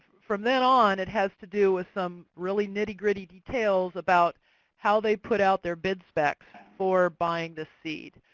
from then on, it has to do with some really nitty-gritty details about how they put out their bid specs for buying this seed.